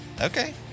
Okay